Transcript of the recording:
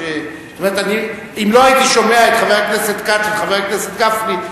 אם לא הייתי שומע את חבר הכנסת כץ ואת חבר הכנסת גפני,